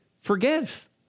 forgive